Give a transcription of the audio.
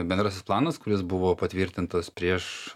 bendrasis planas kuris buvo patvirtintas prieš